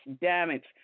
damage